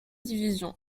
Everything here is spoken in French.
division